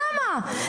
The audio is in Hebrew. למה?